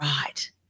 right